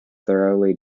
thoroughly